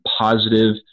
positive